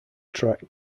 track